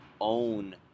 own